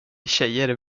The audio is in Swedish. tjejer